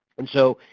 and so,